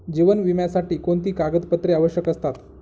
जीवन विम्यासाठी कोणती कागदपत्रे आवश्यक असतात?